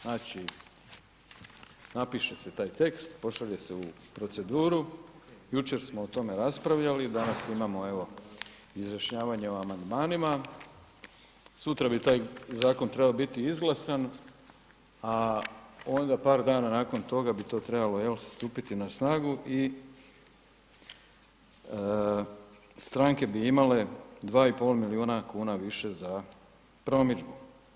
Znači napiše se taj tekst, pošalje se u proceduru, jučer smo o tome raspravljali, danas, imamo evo izjašnjavanje o amandmanima, sutra bi tak zakon trebao biti izglasan, a onda par dana nakon toga bi to trebalo stupiti na snagu i stranke bi imale 2,5 milijuna kuna više za promidžbu.